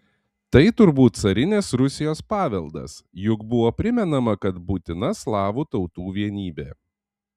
tai turbūt carinės rusijos paveldas juk buvo primenama kad būtina slavų tautų vienybė